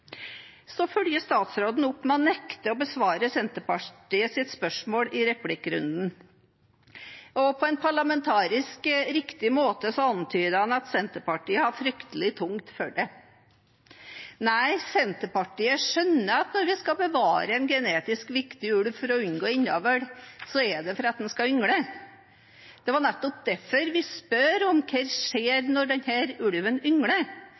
Så følger statsråden opp med å nekte å besvare Senterpartiets spørsmål i replikkrunden. På en parlamentarisk riktig måte antyder han at Senterpartiet har fryktelig tungt for det. Nei, Senterpartiet skjønner at når vi skal bevare en genetisk viktig ulv for å unngå innavl, er det for at den skal yngle. Det er nettopp derfor der vi spør om hva som skjer når denne ulven yngler.